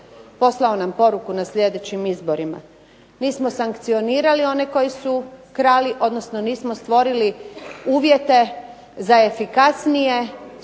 poslao nam poruku na sljedećim izborima. Nismo sankcionirali one koji su krali, odnosno nismo stvorili uvjete za efikasnije